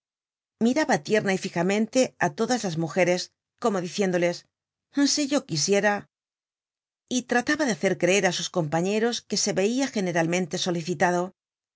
desconcertaba miraba tierna y fijamente á todas las mujeres como diciéndoles si yo quisiera y trataba de hacer creer á sus compañeros que se veia generalmente solicitado